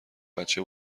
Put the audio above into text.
بچه